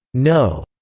no,